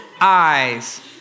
eyes